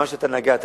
מה שאתה נגעת,